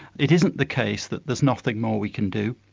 it isn't the case that there's nothing more we can do.